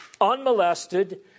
unmolested